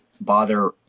bother